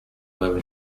eleven